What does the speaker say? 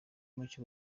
make